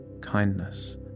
kindness